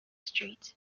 street